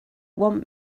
want